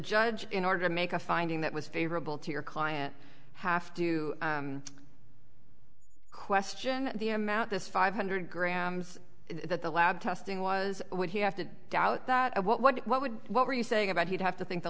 judge in order to make a finding that was favorable to your client have to question the amount this five hundred grams that the lab testing was would he have to doubt that what would what were you saying about he'd have to think the